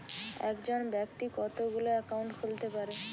একজন ব্যাক্তি কতগুলো অ্যাকাউন্ট খুলতে পারে?